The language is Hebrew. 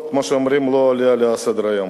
כמו שאומרים, לא עולים על סדר-היום.